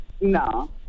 No